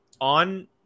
on